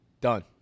Done